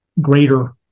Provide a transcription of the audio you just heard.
greater